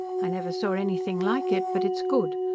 i never saw anything like it, but it's good!